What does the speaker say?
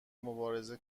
مبارزه